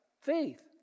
faith